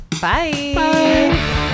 bye